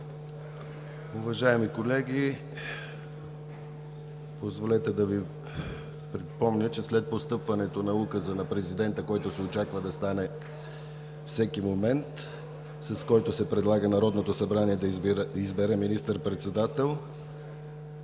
Уважаеми колеги, позволете да Ви припомня, че след постъпването на Указа на Президента, който се очаква да стане всеки момент, с който се предлага Народното събрание да избере министър-председател,